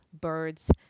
birds